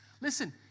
listen